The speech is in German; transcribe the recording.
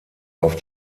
auf